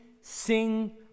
sing